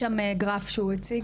יש שם גרף שהוא הציג.